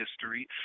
history